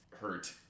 hurt